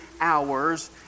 hours